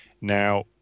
Now